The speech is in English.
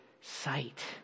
sight